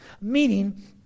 Meaning